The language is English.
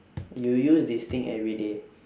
you use this thing everyday